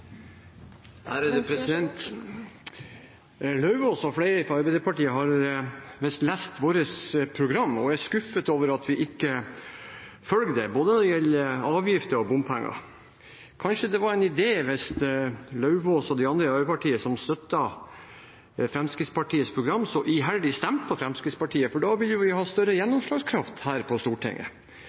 skuffet over at vi ikke følger det når det gjelder både avgifter og bompenger. Kanskje det var en idé hvis Lauvås og de andre i Arbeiderpartiet som støtter Fremskrittspartiets program så iherdig, stemte på Fremskrittspartiet, for da ville vi hatt større gjennomslagskraft her på Stortinget.